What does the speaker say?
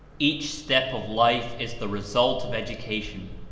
each step of life is the result of education.